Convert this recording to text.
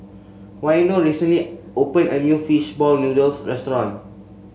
Waino recently opened a new fish ball noodles restaurant